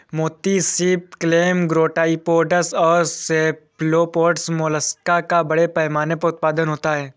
मोती सीप, clam, gastropods और सेफलोपोड्स मोलस्क का बड़े पैमाने पर उत्पादन होता है